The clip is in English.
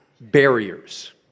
barriers